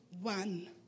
one